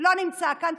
לא נמצא כאן,